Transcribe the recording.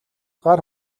гар